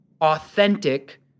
authentic